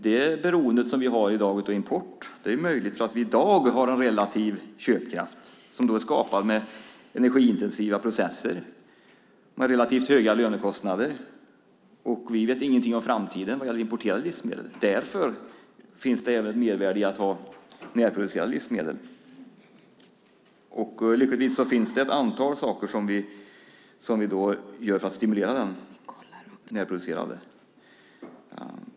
Det beroende som vi har i dag av import är möjligt för att vi i dag har en relativ köpkraft som är skapad med energiintensiva processer med relativt höga lönekostnader. Vi vet ingenting om framtiden. Därför finns det även mervärde i att ha närproducerade livsmedel. Lyckligtvis gör vi ett antal saker för att stimulera det närproducerade.